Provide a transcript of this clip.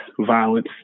violence